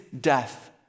death